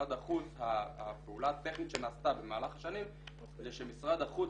במשרד החוץ הפעולה הטכנית שנעשתה במהלך השנים זה שמשרד החוץ